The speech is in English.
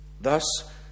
Thus